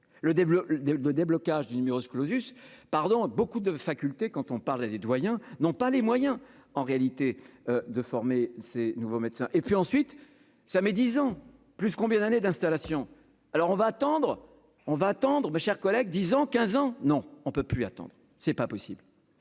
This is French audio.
de déblocage du numerus clausus pardon beaucoup de facultés quand on parle des des doyens n'ont pas les moyens en réalité de former ces nouveaux médecins et puis ensuite ça met 10 ans plus combien d'années d'installation, alors on va attendre, on va tendre, mes chers collègues, 10 ans, 15 ans, non, on ne peut plus attendre, c'est pas possible,